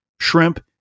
shrimp